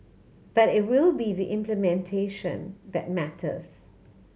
but it will be the implementation that matters